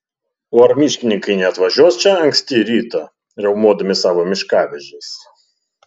o ar miškininkai neatvažiuos čia anksti rytą riaumodami savo miškavežiais